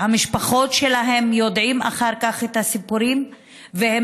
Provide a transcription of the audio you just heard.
המשפחות שלהם יודעות אחר כך את הסיפורים והם